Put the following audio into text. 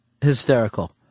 hysterical